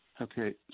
Okay